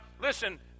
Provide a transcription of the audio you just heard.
listen